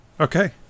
Okay